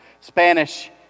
Spanish